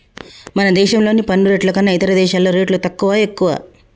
మన దేశంలోని పన్ను రేట్లు కన్నా ఇతర దేశాల్లో రేట్లు తక్కువా, ఎక్కువా